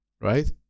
right